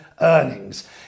earnings